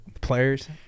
Players